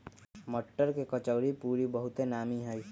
मट्टर के कचौरीपूरी बहुते नामि हइ